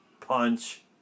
Punch